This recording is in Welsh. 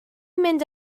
mynd